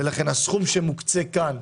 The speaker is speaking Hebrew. לכן הסכום שמוקצה כאן,